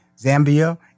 Zambia